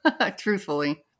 truthfully